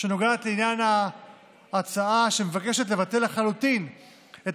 שנוגעת לעניין ההצעה שמבקשת לבטל לחלוטין את